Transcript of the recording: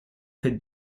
could